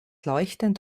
leuchtend